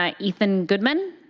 um ethan goodman,